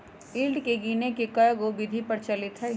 yield के गीनेए के कयहो विधि प्रचलित हइ